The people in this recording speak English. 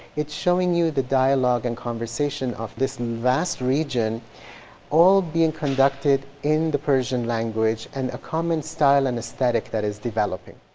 it's showing you the dialogue and conversation of this vast region all being conducted in the persian language and a common style and esthetic that is developing.